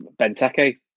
Benteke